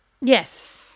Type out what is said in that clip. Yes